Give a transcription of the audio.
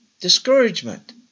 Discouragement